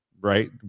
right